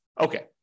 Okay